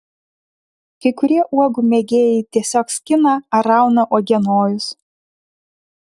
kai kurie uogų mėgėjai tiesiog skina ar rauna uogienojus